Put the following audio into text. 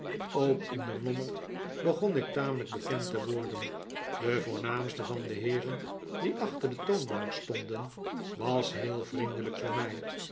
ook in den lommerd feegonk'am'elijk bekend te worden de jmrmhmlte'vak de heeren die achter de toonbank stonden was heel vriendelijk voor mij